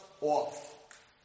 off